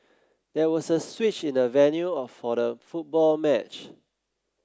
there was a switch in the venue for the football match